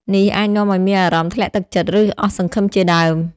នេះអាចនាំឱ្យមានអារម្មណ៍ធ្លាក់ទឹកចិត្ត ឬអស់សង្ឃឹមជាដើម។